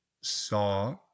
saw